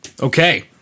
Okay